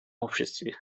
обществе